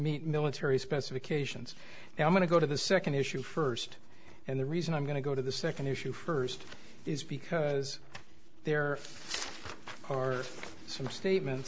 meet military specifications now i'm going to go to the second issue first and the reason i'm going to go to the second issue first is because there are some statements